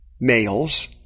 Males